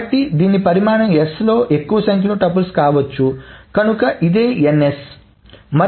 కాబట్టి దీని పరిమాణం s లో ఎక్కువ సంఖ్యలో టుపుల్స్ కావచ్చు కనుక ఇదే ns